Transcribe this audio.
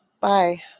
Bye